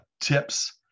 tips